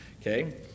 Okay